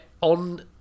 on